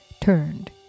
turned